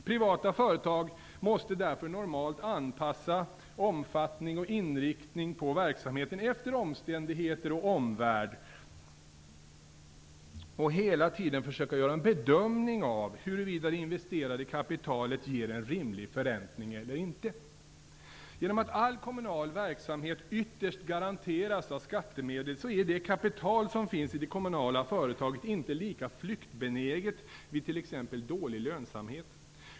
Privata företag måste därför normalt anpassa omfattning och inriktning på verksamheten efter omständigheter och omvärld och hela tiden försöka göra en bedömning av huruvida det investerade kapitalet ger en rimlig förräntning eller inte. Genom att all kommunal verksamhet ytterst garanteras av skattemedel är det kapital som finns i det kommunala företaget inte lika flyktbenäget vid t.ex. dålig lönsamhet.